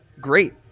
great